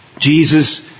Jesus